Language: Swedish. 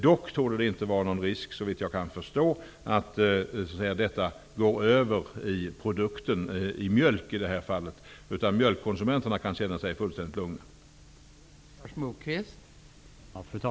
Dock torde det inte vara någon risk, såvitt jag förstår, att det här överförs på produkten, i det här fallet mjölken. Mjölkkonsumenterna kan känna sig fullständigt lugna.